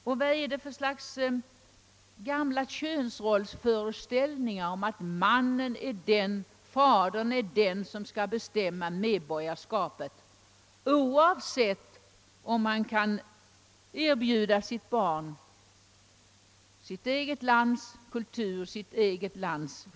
Och vad är det för ett underligt slags könsrollsföreställning att fadern är den som skall bestämma medborgarskapet, oavsett om han kan erbjuda sitt barn sitt hemlands kultur och skydd eller inte?